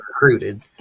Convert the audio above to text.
recruited